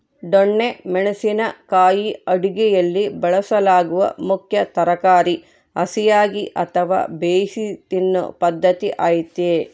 ದೊಣ್ಣೆ ಮೆಣಸಿನ ಕಾಯಿ ಅಡುಗೆಯಲ್ಲಿ ಬಳಸಲಾಗುವ ಮುಖ್ಯ ತರಕಾರಿ ಹಸಿಯಾಗಿ ಅಥವಾ ಬೇಯಿಸಿ ತಿನ್ನೂ ಪದ್ಧತಿ ಐತೆ